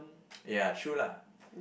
ya true lah